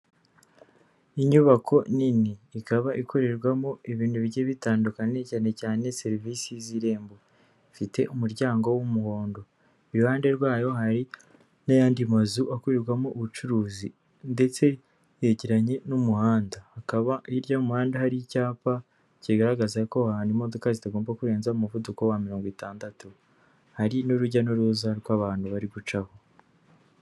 Inyubako nini, ikaba ikorerwamo ibintu bijye bitandukanye cyane cyane serivisi z'irembo, ifite umuryango w'umuhondo, iruhande rwayo hari n'ayandi mazu akorerwamo ubucuruzi, ndetse yegeranye n'umuhanda, hakaba hirya y'umuhanda hari icyapa kigaragaza ko aha hantu imodoka zitagomba kurenza umuvuduko wa mirongo itandatu, hari n'urujya n'uruza rw'abantu bari gucaho.